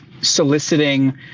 soliciting